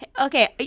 Okay